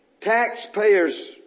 taxpayers